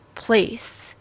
place